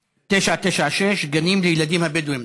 996: גנים לילדים הבדואים.